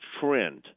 trend